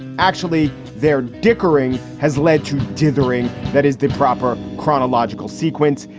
actually, they're dickering has led to dithering that is the proper chronological sequence.